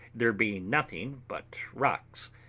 there being nothing but rocks.